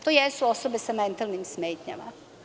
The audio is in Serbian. To jesu osobe sa mentalnim smetnjama.